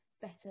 better